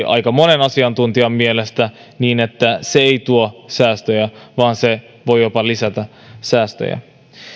aika monen asiantuntijan mielestä olla niin että se ei tuo säästöjä vaan se voi jopa lisätä